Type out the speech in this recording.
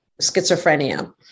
schizophrenia